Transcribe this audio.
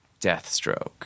Deathstroke